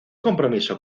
compromiso